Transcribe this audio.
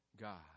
God